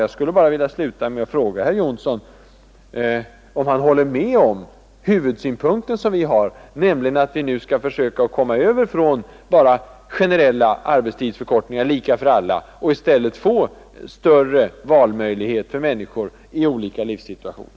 Jag vill sluta med en fråga: Håller herr Johnsson i Blentarp med oss i vår huvudsynpunkt att vi nu skall försöka komma över från generella arbetstidsförkortningar, lika för alla, till att få större valmöjligheter för människor i olika livssituationer?